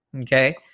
Okay